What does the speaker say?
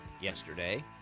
yesterday